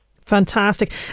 Fantastic